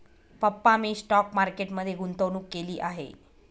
पप्पा मी stock market मध्ये गुंतवणूक केली आहे